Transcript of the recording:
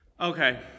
Okay